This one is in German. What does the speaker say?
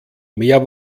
mehr